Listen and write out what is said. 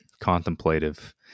Contemplative